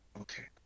Okay